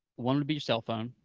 one would be your cellphone,